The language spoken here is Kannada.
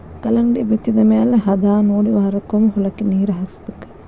ಕಲ್ಲಂಗಡಿ ಬಿತ್ತಿದ ಮ್ಯಾಲ ಹದಾನೊಡಿ ವಾರಕ್ಕೊಮ್ಮೆ ಹೊಲಕ್ಕೆ ನೇರ ಹಾಸಬೇಕ